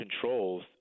controls